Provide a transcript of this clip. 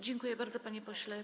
Dziękuję bardzo, panie pośle.